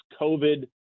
COVID